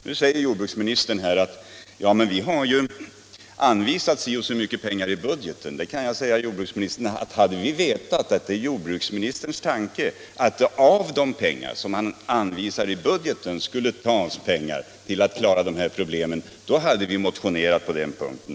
Nu säger jordbruksministern: Ja, men det har ju anvisats si och så mycket pengar i budgeten. Jag svarar: Hade vi vetat att det är jordbruksministerns tanke att av de medel som man anvisar i budgeten skulle tas pengar till att klara problemen i samband med Riksförbundsbingos konkurs, då hade vi motionerat på den punkten!